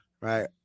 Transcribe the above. right